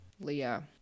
Leah